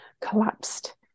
collapsed